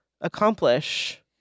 accomplish